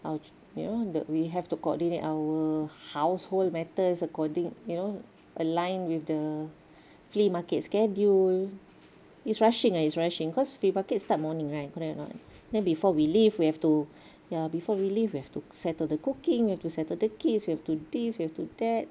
our children that we have to coordinate our household matters coordinate you know align with the flea market schedule it's rushing ah it's rushing cause flea market starts morning right correct or not then before we leave we have to ya before we leave we have to settle the cooking need to settle the kids we have to this we have to that